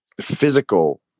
physical